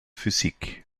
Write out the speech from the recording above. physik